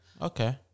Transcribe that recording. okay